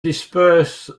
disperse